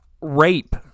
rape